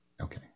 Okay